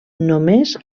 només